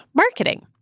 marketing